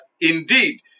indeed